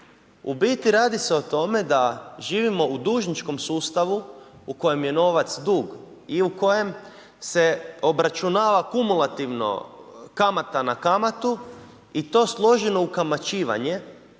U biti radi se o tome da živimo u dužničkom sustavu u kojem je novac dug i u kojem se obračunava kumulativno kamata na kamatu i to složeno ukamaćivanje